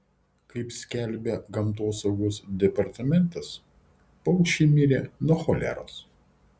kaip skelbia gamtosaugos departamentas paukščiai mirė nuo choleros